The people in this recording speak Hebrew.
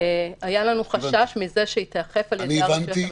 היה לנו חשש מזה שהיא תיאכף על ידי הרשויות המקומיות.